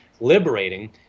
Liberating